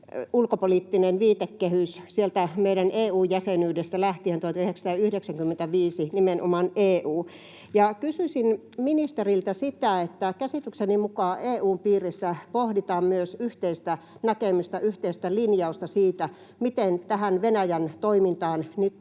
ulkopoliittinen viitekehys sieltä meidän EU-jäsenyydestä 1995 lähtien nimenomaan EU, ja kysyisin ministeriltä siitä, kun käsitykseni mukaan EU:n piirissä pohditaan myös yhteistä näkemystä, yhteistä linjausta siitä, miten tähän Venäjän toimintaan